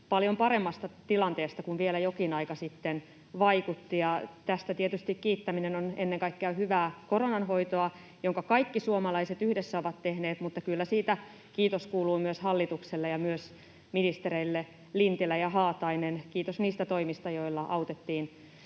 paljon paremmasta tilanteesta kuin miltä vielä jokin aika sitten vaikutti. Ja tästä on tietysti kiittäminen ennen kaikkea hyvää koronan hoitoa, jonka kaikki suomalaiset yhdessä ovat tehneet. Mutta kyllä siitä kiitos kuuluu myös hallitukselle ja myös ministereille Lintilä ja Haatainen: kiitos niistä toimista, joilla autettiin